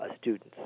students